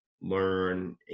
learn